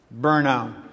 burnout